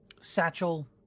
satchel